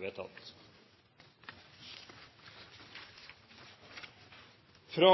vedtatt. Fra